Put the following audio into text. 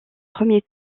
premier